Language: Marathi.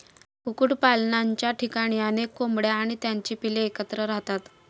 कुक्कुटपालनाच्या ठिकाणी अनेक कोंबड्या आणि त्यांची पिल्ले एकत्र राहतात